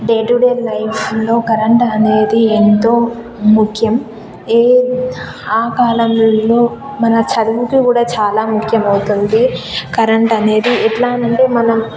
day to day లైఫ్లో current అనేది ఎంతో ముఖ్యం ఏ ఆ కాలంలో మన చదువుకి కూడా చాలా ముఖ్యమవుతుంది కరెంట్ అనేది ఎట్లా అంటే మనం